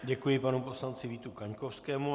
Děkuji panu poslanci Vítu Kaňkovskému.